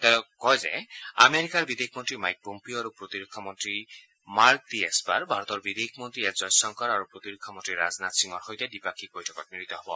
তেওঁ কয় যে আমেৰিকাৰ বিদেশমন্ত্ৰী মাইক পম্পিঅ আৰু প্ৰতিৰক্ষা মন্ত্ৰী মাৰ্ক টি এস্পাৰ ভাৰতৰ বিদেশ মন্ত্ৰী এছ জয়শংকৰ আৰু প্ৰতিৰক্ষা মন্ত্ৰী ৰাজনাথ সিঙৰ সৈতে দ্বিপাক্ষীক বৈঠকত মিলিত হ'ব